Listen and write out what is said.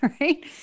right